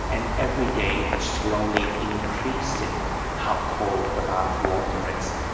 and every day slowly increasing how cold the bathwater is.